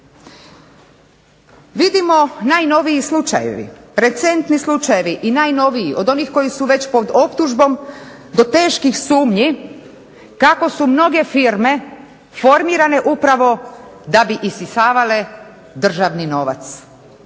Vidimo najnoviji slučajevi, recentni slučajevi i najnoviji od onih koji su već pod optužbom do teških sumnji kako su mnoge firme formirane upravo da bi isisavale državni novac.